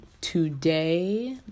today